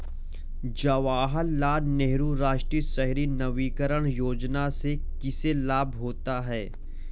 जवाहर लाल नेहरू राष्ट्रीय शहरी नवीकरण योजना से किसे लाभ होता है?